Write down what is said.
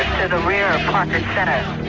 and rear of parker center.